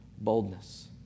boldness